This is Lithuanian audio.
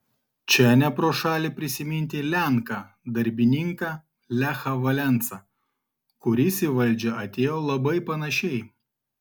čia ne pro šalį prisiminti lenką darbininką lechą valensą kuris į valdžią atėjo labai panašiai